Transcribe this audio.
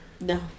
No